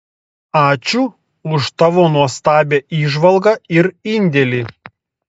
ačiū už tavo nuostabią įžvalgą ir indėlį